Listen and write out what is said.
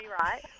right